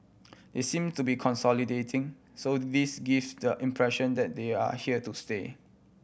they seem to be consolidating so this gives the impression that they are here to stay